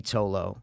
Tolo